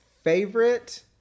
favorite